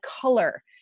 color